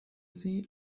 sie